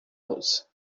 los